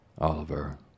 Oliver